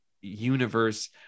universe